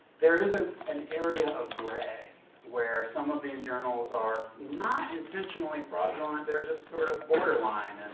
there is ah an area of gray where some of these journals are not intentionally fraudulent, they're just sort of borderline,